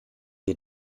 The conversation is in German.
dir